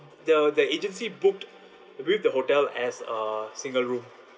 the the agency booked with the hotel as a single room